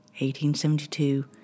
1872